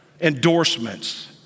endorsements